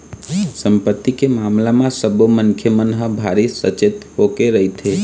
संपत्ति के मामला म सब्बो मनखे मन ह भारी सचेत होके रहिथे